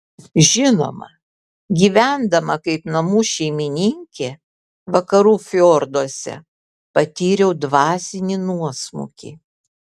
žinoma gyvendama kaip namų šeimininkė vakarų fjorduose patyriau dvasinį nuosmukį